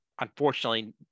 unfortunately